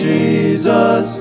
Jesus